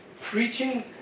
preaching